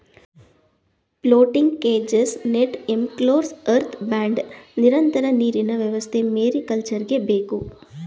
floating cages, net enclosures, earth bund, ನಿರಂತರ ನೀರಿನ ವ್ಯವಸ್ಥೆ ಮೇರಿಕಲ್ಚರ್ಗೆ ಬೇಕು